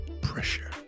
pressure